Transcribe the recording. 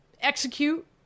execute